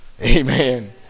Amen